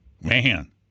man